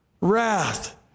wrath